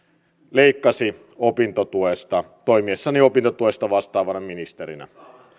leikkasi opintotuesta toimiessani opintotuesta vastaavana ministerinä